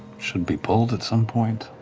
should be pulled at some point?